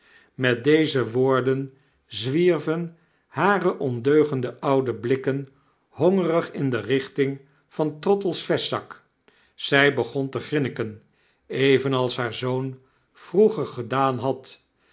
met deze woorden zwiervenhareondeugende oude blikken hongerig in de richting van trottle's vestzak zg begon te grinniken evenals haar zoon vroeger gedaan had